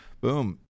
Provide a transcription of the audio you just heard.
boom